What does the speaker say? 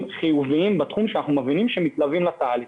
חיוביים בתחום שאנחנו מבינים שמתלווה לתהליך.